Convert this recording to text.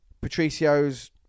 Patricio's